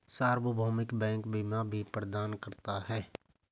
सार्वभौमिक बैंक बीमा भी प्रदान करता है